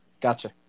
gotcha